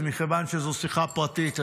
ומכיוון שזו שיחה פרטית,